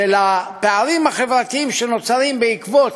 של הפערים החברתיים שנוצרים בעקבות